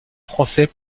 français